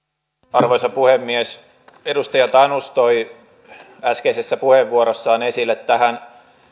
arvoisa puhemies edustaja tanus toi äskeisessä puheenvuorossaan esille tähän